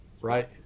Right